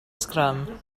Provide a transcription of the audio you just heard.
sgrym